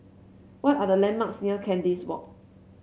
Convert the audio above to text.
what are the landmarks near Kandis Walk